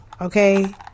okay